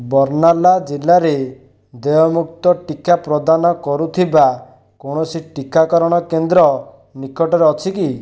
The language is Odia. ବର୍ଣ୍ଣାଲା ଜିଲ୍ଲାରେ ଦେୟମୁକ୍ତ ଟିକା ପ୍ରଦାନ କରୁଥିବା କୌଣସି ଟିକାକରଣ କେନ୍ଦ୍ର ନିକଟରେ ଅଛି କି